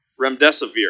remdesivir